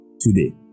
today